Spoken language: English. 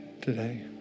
today